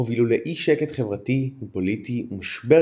הובילו לאי-שקט חברתי ופוליטי ומשבר